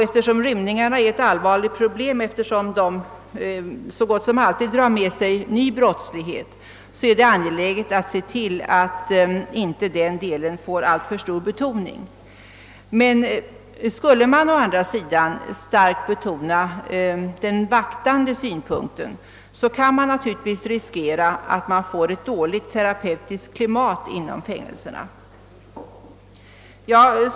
Eftersom rymningarna är ett allvarligt problem — inte minst därför att de ofta drar med sig ny brottslighet — är det angeläget att se till att inte den delen får alltför stor betoning. Skulle man å andra sidan starkt betona den vaktande synpunkten kan man naturligtvis riskera att få ett dåligt terapeutiskt klimat inom fängelserna.